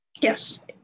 Yes